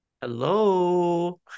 hello